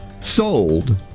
sold